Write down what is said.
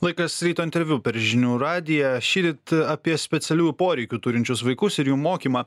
laikas ryto interviu per žinių radiją šįryt apie specialiųjų poreikių turinčius vaikus ir jų mokymą